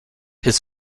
his